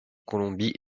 colombie